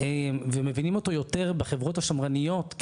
ומבינים אותו יותר בחברות השמרניות,